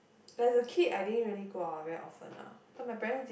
as a kid I didn't really go out very often ah because my parents